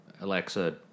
Alexa